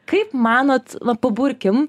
kaip manot va paburkim